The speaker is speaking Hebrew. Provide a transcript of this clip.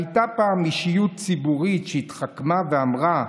הייתה פעם אישיות ציבורית שהתחכמה ואמרה: